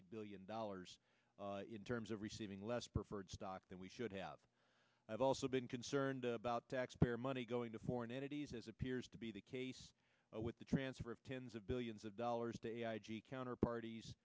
eight billion dollars in terms of receiving less preferred stock that we should have have also been concerned about taxpayer money going to foreign entities as appears to be the case with the transfer of tens of billions of dollars to counter parties